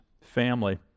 family